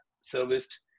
serviced